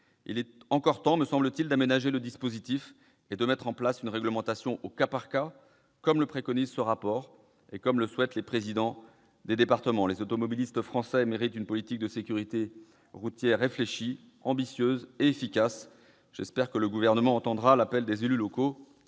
Il est encore temps d'aménager le dispositif et de mettre en place une réglementation au cas par cas, comme le préconise ce rapport et comme le souhaitent les présidents de département. Les automobilistes français méritent une politique de sécurité routière réfléchie, ambitieuse et efficace. J'espère que le Gouvernement entendra l'appel des élus locaux